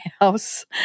House